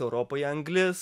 europoje anglis